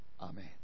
Amen